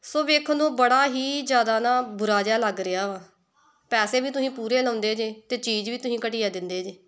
ਸੋ ਵੇਖਣ ਨੂੰ ਬੜਾ ਹੀ ਜ਼ਿਆਦਾ ਨਾ ਬੁਰਾ ਜਿਹਾ ਲੱਗ ਰਿਹਾ ਵਾ ਪੈਸੇ ਵੀ ਤੁਸੀਂ ਪੂਰੇ ਲਗਾਉਂਦੇ ਜੇ ਅਤੇ ਚੀਜ਼ ਵੀ ਤੁਸੀਂ ਘਟੀਆ ਦਿੰਦੇ ਜੇ